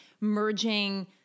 merging